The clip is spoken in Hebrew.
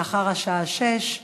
לאחר השעה 18:00,